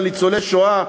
על ניצולי שואה?